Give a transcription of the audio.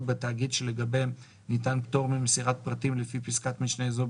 בתאגידים שלגביהם ניתן פטור ממסירת פרטים לפי פסקת משנה זו,